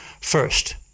First